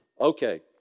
Okay